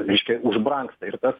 reiškia užbrangsta ir tas